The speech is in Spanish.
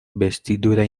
vestidura